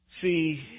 See